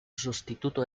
sustituto